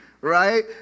right